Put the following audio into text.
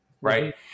right